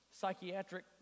psychiatric